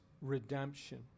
redemption